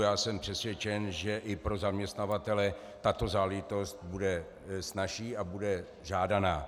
Já jsem přesvědčen, že i pro zaměstnavatele tato záležitost bude snazší a bude žádaná.